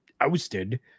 ousted